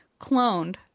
Cloned